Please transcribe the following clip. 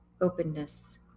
openness